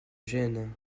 gêne